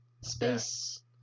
space